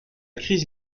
crise